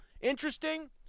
interesting